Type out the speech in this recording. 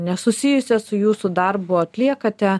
nesusijusias su jūsų darbu atliekate